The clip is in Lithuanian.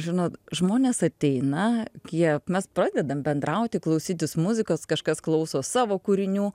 žinot žmonės ateina kiek mes pradedam bendrauti klausytis muzikos kažkas klauso savo kūrinių